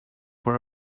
for